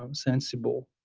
um sensible,